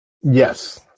Yes